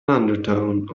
undertone